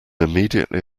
immediately